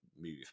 move